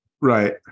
Right